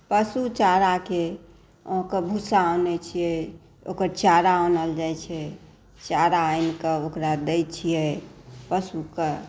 पशु चाराके अहाँकेॅं भूसा आनै छियै ओकर चारा आनल जाइ छै चारा आनि कऽ ओकरा दै छियै पशुके